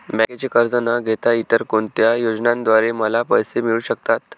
बँकेचे कर्ज न घेता इतर कोणत्या योजनांद्वारे मला पैसे मिळू शकतात?